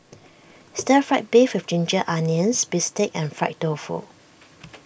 Stir Fry Beef with Ginger Onions Bistake and Fried Tofu